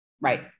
Right